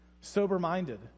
Sober-minded